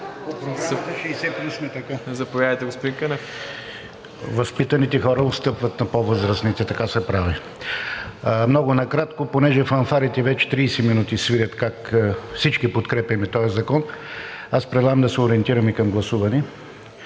Възпитаните хора отстъпват на по-възрастните – така се прави. Много накратко. Понеже фанфарите вече 30 минути свирят как всички подкрепяме този законопроект, аз предлагам да се ориентираме към гласуване.